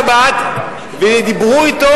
לפני שבת, ודיברו אתו,